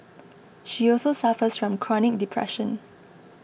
she also suffers from chronic depression